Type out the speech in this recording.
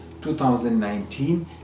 2019